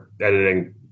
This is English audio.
editing